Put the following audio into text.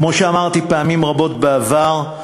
כמו שאמרתי פעמים רבות בעבר,